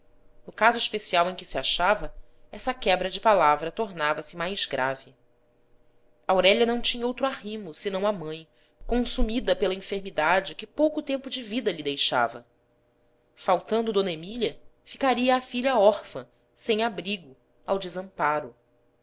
no caso especial em que se achava essa quebra de palavra tornava-se mais grave aurélia não tinha outro arrimo senão a mãe consumida pela enfermidade que pouco tempo de vida lhe deixava faltanto d emí lia ficaria a filha órfã sem abrigo ao desamparo